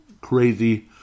crazy